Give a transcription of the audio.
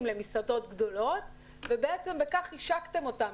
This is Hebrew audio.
עבור מסעדות גדולות ובכך חישקתם אותם.